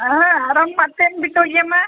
ಹಾಂ ಆರಾಮು ಮತ್ತೇನು ಬಿಟ್ಟು ಹೋಗಮ್ಮ